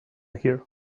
here